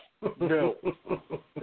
no